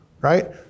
right